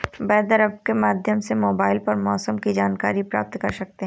weather app के माध्यम से मोबाइल पर मौसम की जानकारी प्राप्त कर सकते हैं